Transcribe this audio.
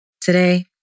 Today